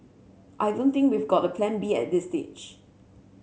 I don't think we've got a Plan B at this stage